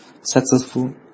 successful